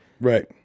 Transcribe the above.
Right